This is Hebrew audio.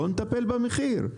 בוא נטפל במחיר,